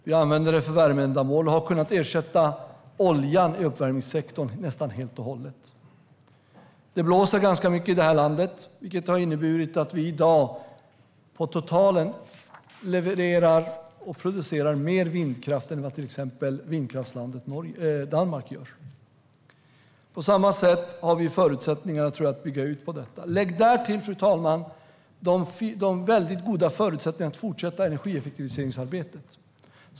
Vi använder den för värmeändamål och har kunnat ersätta oljan i uppvärmningssektorn nästan helt och hållet. Det blåser ganska mycket i det här landet, vilket har inneburit att vi i dag på totalen producerar mer vindkraft än till exempel vindkraftslandet Danmark. På samma sätt tror jag att vi har förutsättningar att bygga ut. Lägg därtill, fru talman, de mycket goda förutsättningarna att fortsätta energieffektiviseringsarbetet.